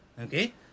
Okay